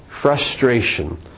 frustration